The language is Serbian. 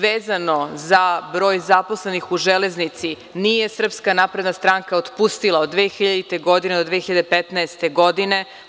Vezano za broj zaposlenih u Železnici, nije SNS otpustila od 2000. godine do 2015. godine.